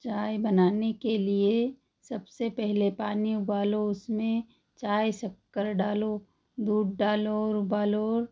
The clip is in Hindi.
चाय बनाने के लिए सबसे पहले पानी उबालो उसमें चाय शक्कर डालो दूध डालो और उबालो